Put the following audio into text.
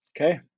Okay